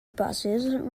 buses